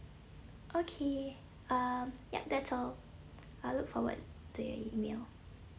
okay um ya that's all I look forward to your email